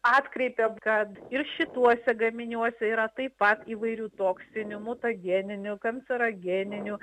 atkreipė kad ir šituose gaminiuose yra taip pat įvairių toksinių mutageninių kancerogeninių